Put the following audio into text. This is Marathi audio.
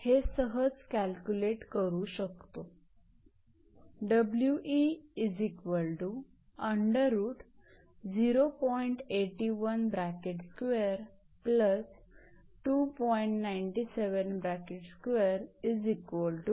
त्यामुळेहे सहज कॅल्क्युलेट करू शकतो